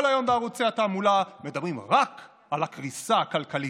כל היום בערוצי התעמולה מדברים רק על הקריסה הכלכלית.